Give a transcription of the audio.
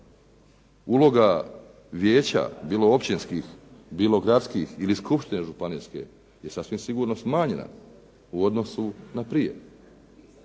Uloga vijeća bilo općinskih bilo gradskih ili skupštine županijske je sasvim sigurno smanjena u odnosu na prije.